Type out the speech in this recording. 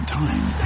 time